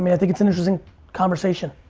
mean, i think it's an interesting conversation.